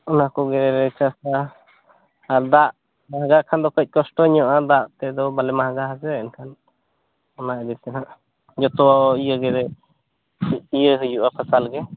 ᱚᱱᱟᱠᱚᱜᱮᱞᱮ ᱪᱟᱥᱟ ᱟᱨ ᱫᱟᱜ ᱵᱷᱟᱜᱟ ᱠᱷᱟᱱ ᱫᱚ ᱠᱟᱹᱡ ᱠᱚᱥᱴᱚ ᱧᱚᱜᱼᱟ ᱫᱟᱜ ᱛᱮᱫᱚ ᱵᱟᱞᱮ ᱢᱟᱜᱟ ᱦᱮᱥᱮ ᱮᱱᱠᱷᱟᱱ ᱚᱱᱟ ᱤᱭᱟᱹᱛᱮ ᱱᱟᱦᱟᱜ ᱡᱚᱛᱚ ᱤᱭᱟᱹ ᱜᱮᱞᱮ ᱤᱭᱟᱹ ᱦᱩᱭᱩᱼᱟ ᱯᱷᱚᱥᱚᱞ ᱜᱮ